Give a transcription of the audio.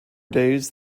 days